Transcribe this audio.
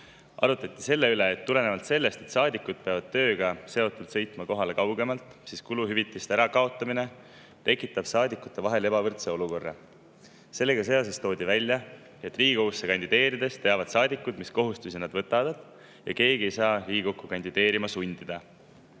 Arutleti selle üle, et kuna saadikud peavad tööga seotult sõitma kohale kaugemalt, siis kuluhüvitiste kaotamine tekitab saadikute vahel ebavõrdse olukorra. Sellega seoses toodi välja, et Riigikogusse kandideerides teavad saadikud, mis kohustusi nad võtavad, ja kedagi ei saa Riigikokku kandideerima sundida.